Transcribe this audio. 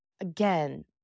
again